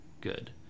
good